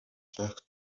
байх